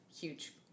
huge